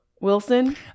Wilson